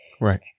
right